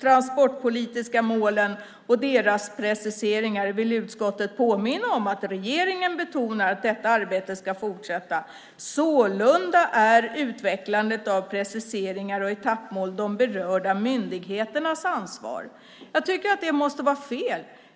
transportpolitiska målen och deras preciseringar vill utskottet påminna om att regeringen betonar att detta arbete ska fortsätta. Sålunda är utvecklandet av preciseringar och etappmål de berörda myndigheternas ansvar." Jag menar att det måste vara fel.